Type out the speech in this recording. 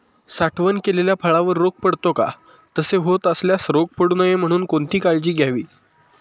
साठवण केलेल्या फळावर रोग पडतो का? तसे होत असल्यास रोग पडू नये म्हणून कोणती काळजी घ्यावी?